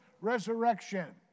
resurrection